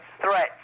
threats